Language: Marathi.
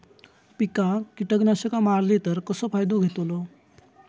पिकांक कीटकनाशका मारली तर कसो फायदो होतलो?